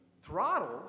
throttled